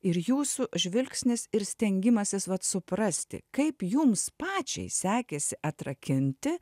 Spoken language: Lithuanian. ir jūsų žvilgsnis ir stengimasis vat suprasti kaip jums pačiai sekėsi atrakinti